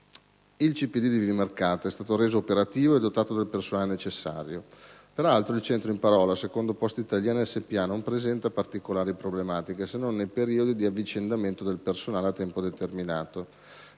di Vimercate è stato reso operati e dotato del personale necessario. Peraltro, il Centro in parola, secondo Poste Italiane Spa, non presenta particolari problematiche, se non nei periodi di avvicendamento del personale a tempo determinato.